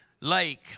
Lake